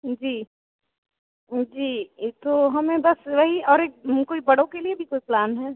जी जी एक ठो हमें बस वही और एक कोई बड़ों के लिए भी कोई प्लान है